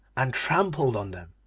and trampled on them.